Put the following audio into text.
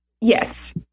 yes